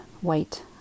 white